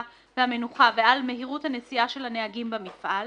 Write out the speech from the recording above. והמנוחה ועל מהירות הנסיעה של הנהגים במפעל,